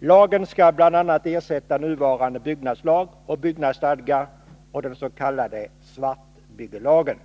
Lagen skall bl.a. ersätta nuvarande 13 april 1983 byggnadslag och byggnadsstadga samt den s.k. svartbyggelagen.